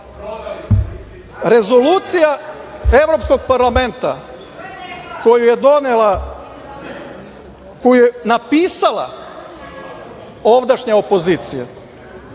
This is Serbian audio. danas. Rezolucija Evropskog parlamenta koju je donela, koju je napisala ovdašnja opozicija,